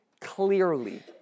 clearly